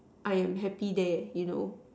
I am happy there you know